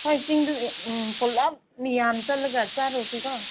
ꯍꯣꯏ ꯆꯤꯡꯗꯨ ꯎꯝ ꯄꯨꯂꯞ ꯃꯤ ꯌꯥꯝ ꯆꯠꯂꯒ ꯆꯥꯔꯨꯁꯤꯀꯣ